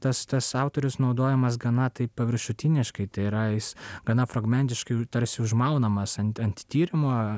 tas tas autorius naudojamas gana taip paviršutiniškai tai yra jis gana fragmentiškai tarsi užmaunamas ant ant tyrimo